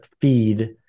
feed